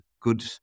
good